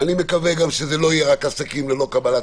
אני מקווה שזה לא יהיה רק עסקים ללא קבלת